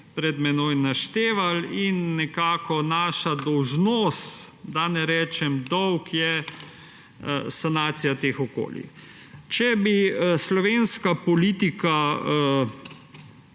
pred menoj naštevali. Nekako naša dolžnost, da ne rečem dolg, je sanacija teh okolij. Če bi slovenska politika